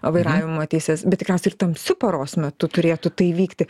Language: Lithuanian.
vairavimo teises bet tikriausia ir tamsiu paros metu turėtų tai vykti